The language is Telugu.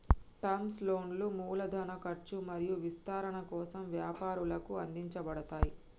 టర్మ్ లోన్లు మూలధన ఖర్చు మరియు విస్తరణ కోసం వ్యాపారాలకు అందించబడతయ్